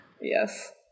Yes